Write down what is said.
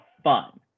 fun